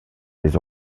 des